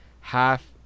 half